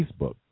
Facebook